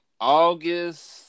August